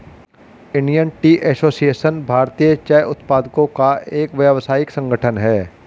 Indian Tea Association भारतीय चाय उत्पादकों का एक व्यावसायिक संगठन है